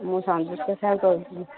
ମୁଁ ସଂଯୁକ୍ତା ସାହୁ କହୁଥିଲି